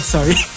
Sorry